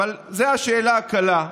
אבל זו השאלה הקלה.